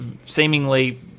seemingly